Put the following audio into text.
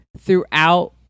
throughout